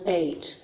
eight